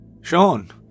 Sean